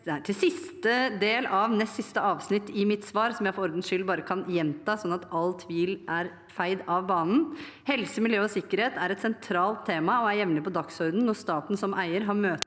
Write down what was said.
nest siste avsnitt i mitt svar, som jeg for ordens skyld kan gjenta, sånn at all tvil er feid av banen: «Helse, miljø og sikkerhet er et sentralt tema og jevnlig på dagsordenen når staten som eier har møter